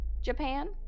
Japan